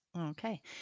Okay